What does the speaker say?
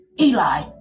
Eli